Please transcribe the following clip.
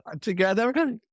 together